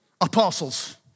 Apostles